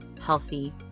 healthy